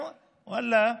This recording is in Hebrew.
ואללה,